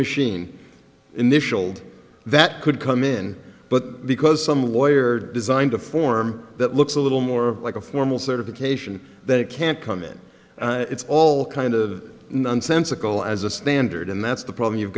machine initialed that could come in but because some lawyer designed a form that looks a little more like a formal certification that it can't come in it's all kind of nonsensical as a standard and that's the problem you've